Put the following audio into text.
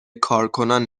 کارکنان